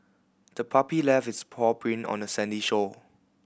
the puppy left its paw print on the sandy shore